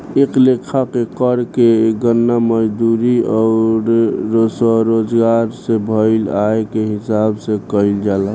ए लेखा के कर के गणना मजदूरी अउर स्वरोजगार से भईल आय के हिसाब से कईल जाला